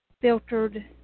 filtered